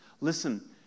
Listen